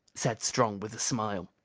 said strong with a smile.